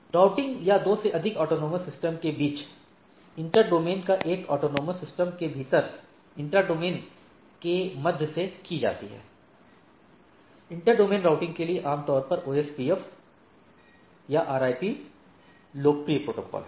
routing दो या अधिक ऑटॉनमस सिस्टमों के बीच इंटर डोमेन या एक ऑटॉनमस सिस्टम के भीतर इंट्रा डोमेन के माध्यम से की जाती है इंटर डोमेन राउटिंग के लिए आमतौर पर ओएसपीएफ आरआईपी लोकप्रिय प्रोटोकॉल हैं